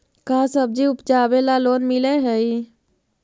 का सब्जी उपजाबेला लोन मिलै हई?